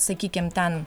sakykim ten